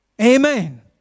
Amen